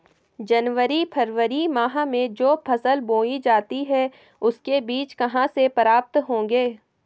जनवरी फरवरी माह में जो फसल बोई जाती है उसके बीज कहाँ से प्राप्त होंगे?